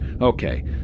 Okay